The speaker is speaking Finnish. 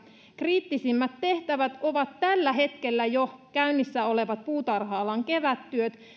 kriittisimmät tehtävät ovat jo tällä hetkellä käynnissä olevat puutarha alan kevättyöt